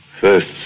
First